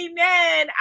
Amen